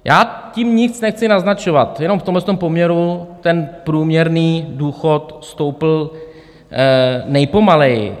Já tím nic nechci naznačovat, jenom v tomto poměru ten průměrný důchod stoupl nejpomaleji.